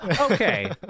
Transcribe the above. okay